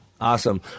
Awesome